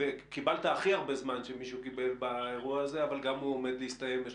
קיבלת הכי הרבה זמן מכולם אבל גם הוא עומד להסתיים כי